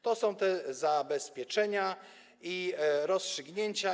To są zabezpieczenia i rozstrzygnięcia.